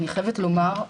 אני חייבת לומר.